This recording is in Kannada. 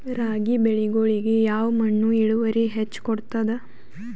ರಾಗಿ ಬೆಳಿಗೊಳಿಗಿ ಯಾವ ಮಣ್ಣು ಇಳುವರಿ ಹೆಚ್ ಕೊಡ್ತದ?